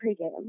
pregame